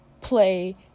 play